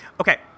Okay